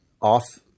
off